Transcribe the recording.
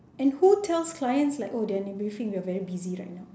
and who tells clients like oh they're in a briefing we're very busy right now